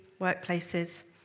workplaces